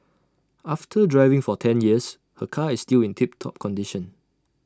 after driving for ten years her car is still in tip top condition